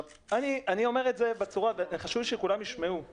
אני אומר דבר כזה, כל